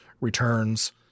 returns